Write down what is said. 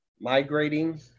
migrating